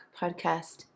podcast